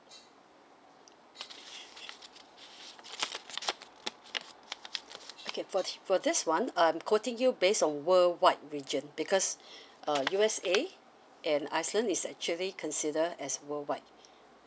okay for for this [one] I'm quoting you base on worldwide region because uh U_S_A and iceland is actually consider as worldwide